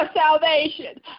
salvation